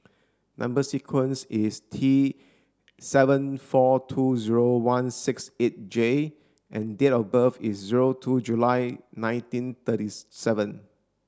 number sequence is T seven four two zero one six eight J and date of birth is zero two July nineteen thirties seven